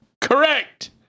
Correct